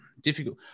difficult